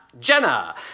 Jenna